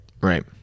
right